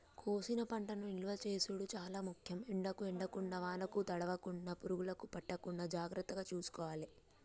కోసిన పంటను నిలువ చేసుడు చాల ముఖ్యం, ఎండకు ఎండకుండా వానకు తడవకుండ, పురుగులు పట్టకుండా జాగ్రత్తలు తీసుకోవాలె